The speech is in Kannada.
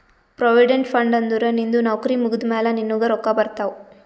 ಪ್ರೊವಿಡೆಂಟ್ ಫಂಡ್ ಅಂದುರ್ ನಿಂದು ನೌಕರಿ ಮುಗ್ದಮ್ಯಾಲ ನಿನ್ನುಗ್ ರೊಕ್ಕಾ ಬರ್ತಾವ್